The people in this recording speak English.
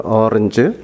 orange